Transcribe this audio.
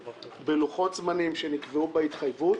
בלוחות זמנים שנקבעו בהתחייבות,